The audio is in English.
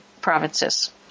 provinces